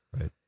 Right